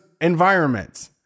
environments